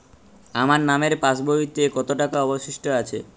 আমার নামের পাসবইতে কত টাকা অবশিষ্ট আছে?